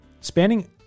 Spanning